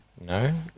No